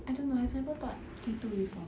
I don't know I've never taught K two before